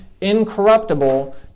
incorruptible